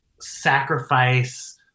sacrifice